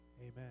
Amen